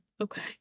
Okay